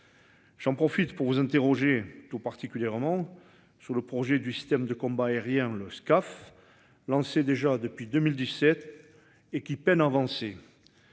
J'en profite pour vous interroger, tout particulièrement sur le projet du système de combat aérien. Le Scaf lancé déjà depuis 2017. Et qui peine avancer.